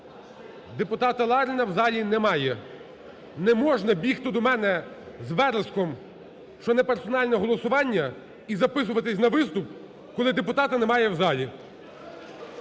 депутата Ларіна в залі немає. Не можна бігти до мене з вереском, що неперсональне голосування і записуватись на виступ, коли депутата немає в залі.